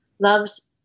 Loves